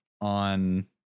on